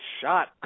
shot